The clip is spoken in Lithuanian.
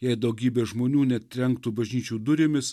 jei daugybė žmonių netrenktų bažnyčių durimis